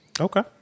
Okay